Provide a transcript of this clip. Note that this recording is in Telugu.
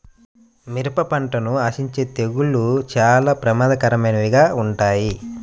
మిరప పంటను ఆశించే తెగుళ్ళు చాలా ప్రమాదకరమైనవిగా ఉంటాయి